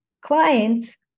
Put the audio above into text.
clients